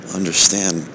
understand